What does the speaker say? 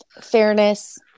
fairness